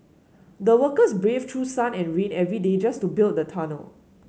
the workers braved through sun and rain every day just to build the tunnel